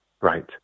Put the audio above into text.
right